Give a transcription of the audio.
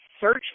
search